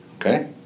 okay